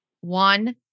One